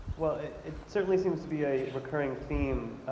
well, it certainly seems to be a recurring theme,